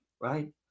right